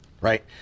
right